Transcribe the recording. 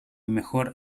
mejor